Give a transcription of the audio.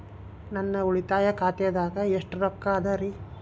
ನನ್ನ ಉಳಿತಾಯ ಖಾತಾದಾಗ ಎಷ್ಟ ರೊಕ್ಕ ಅದ ರೇ?